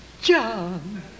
John